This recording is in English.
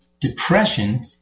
depression